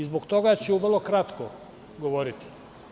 Zbog toga ću vrlo kratko govoriti.